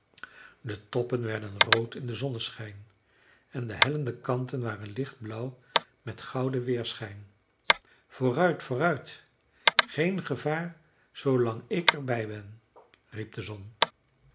de toppen werden rood in den zonneschijn en de hellende kanten waren lichtblauw met gouden weerschijn vooruit vooruit geen gevaar zoolang ik er bij ben riep de zon